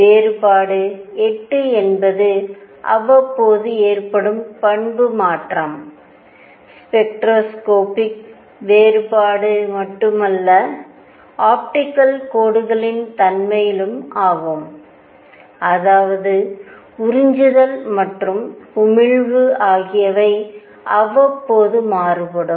வேறுபாடு 8 என்பது அவ்வப்போது ஏற்படும் பண்பு மாற்றம் ஸ்பெக்ட்ரோஸ்கோபிக் spectroscopic வேறுபாடு மட்டுமல்ல ஆப்டிகல் கோடுகளின் தன்மையிலும் ஆகும் அதாவது உறிஞ்சுதல் மற்றும் உமிழ்வு ஆகியவை அவ்வப்போது மாறுபடும்